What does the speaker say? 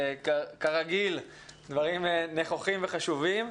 כרגיל, דברים נכוחים וחשובים.